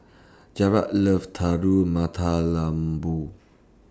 Jaret loves Telur Mata Lembu